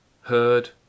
heard